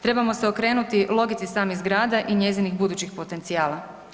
Trebamo se okrenuti logici samih zgrada i njezinih budućih potencijala.